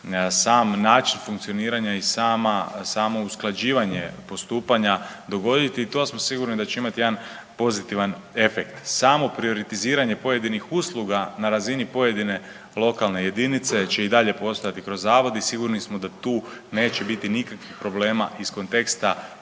sam način funkcioniranja i samo usklađivanje postupanja dogoditi i to sigurni da će imat jedan pozitivan efekt. Samo prioritiziranje pojedinih usluga na razini pojedine lokalne jedinice će i dalje postojati kroz zavod i sigurni smo da tu neće biti nikakvih problema iz konteksta